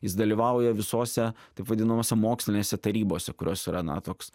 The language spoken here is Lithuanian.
jis dalyvauja visose taip vadinamose mokslinėse tarybose kurios yra na toks